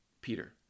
peter